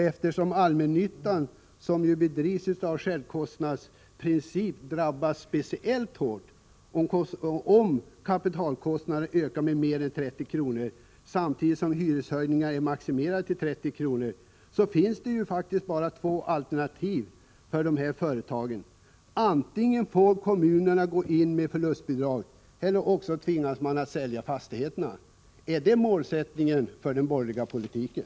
Eftersom allmännyttan, som drivs efter självkostnadsprincipen, drabbas speciellt hårt om kapitalkostnaderna ökar med mer än 30 kr. — samtidigt som hyreshöjningar är maximerade till 30 kr. — finns det faktiskt bara två alternativ för dessa företag; antingen får kommunerna gå in med förlustbidrag eller också tvingas man att sälja fastigheterna. Är detta målsättningen för den borgerliga politiken?